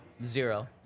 Zero